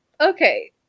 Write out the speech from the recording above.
okay